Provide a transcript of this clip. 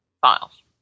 files